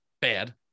bad